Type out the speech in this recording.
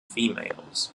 females